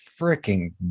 freaking